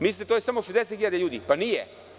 Mislite da je to samo 60.000 ljudi, pa nije.